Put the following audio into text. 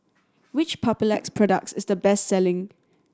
which Papulex products is the best selling